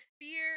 fear